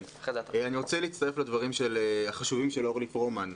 אני רוצה להצטרף לדברים החשובים של אורלי פרומן.